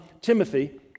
Timothy